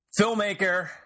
Filmmaker